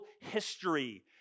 history